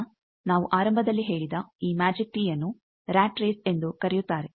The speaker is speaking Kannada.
ಈಗ ನಾವು ಆರಂಭದಲ್ಲಿ ಹೇಳಿದ ಈ ಮ್ಯಾಜಿಕ್ ಟೀಅನ್ನು ರಾಟ್ ರೇಸ್ ಎಂದೂ ಕರೆಯುತ್ತಾರೆ